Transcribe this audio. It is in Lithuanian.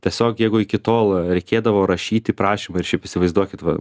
tiesiog jeigu iki tol reikėdavo rašyti prašymą ir šiaip įsivaizduokit va